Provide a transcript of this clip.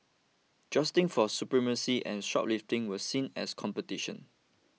jostling for supremacy and shoplifting were seen as competition